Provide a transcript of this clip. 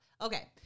okay